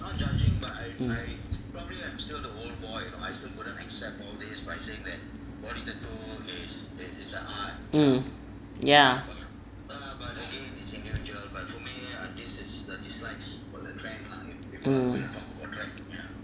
mm mm yeah mm